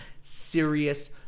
serious